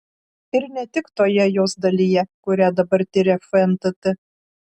ir ne tik toje jos dalyje kurią dabar tiria fntt